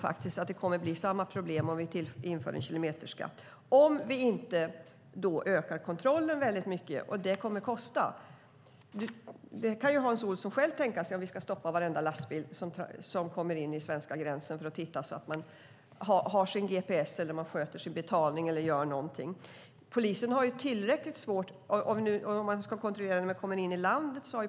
Jag tror att det kommer att bli samma problem om vi inför kilometerskatt i Sverige, om vi inte ökar kontrollen. Hans Olsson kan ju tänka sig hur det blir om man ska stoppa varenda lastbil vid svenska gränsen för att kolla att de har gps och sköter sin betalning. Det kommer att kosta om man ska kontrollera bilarna när de kommer in i landet.